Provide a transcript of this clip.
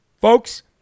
Folks